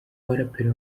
baraperi